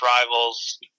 rivals